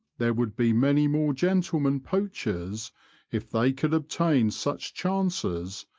there would be many more gentlemen poachers if they could obtain such chances,